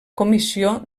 comissió